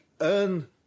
earn